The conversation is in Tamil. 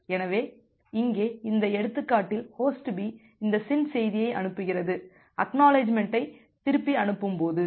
எனவே இங்கே இந்த எடுத்துக்காட்டில் ஹோஸ்ட் B இந்த SYN செய்தியை அனுப்புகிறது ACK ஐ திருப்பி அனுப்பும்போது